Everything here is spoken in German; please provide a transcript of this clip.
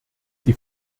die